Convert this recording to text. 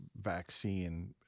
vaccine